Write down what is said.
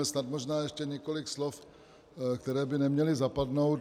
Snad možná ještě několik slov, která by neměla zapadnout.